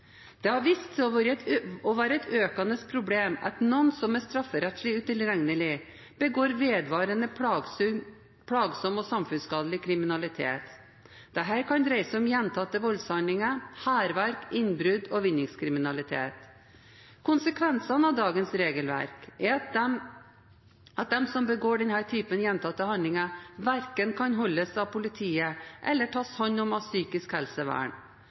være et økende problem at noen som er strafferettslig utilregnelige, begår vedvarende, plagsom og samfunnsskadelig kriminalitet. Dette kan dreie seg om gjentatte voldshandlinger, hærverk, innbrudd og vinningskriminalitet. Konsekvensene av dagens regelverk er at de som begår denne typen gjentatte handlinger, verken kan holdes av politiet eller tas hånd om av psykisk helsevern.